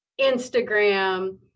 Instagram